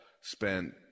spent